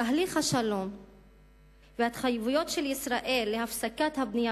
תהליך השלום וההתחייבויות של ישראל להפסקת הבנייה